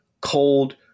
cold